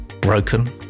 Broken